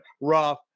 rough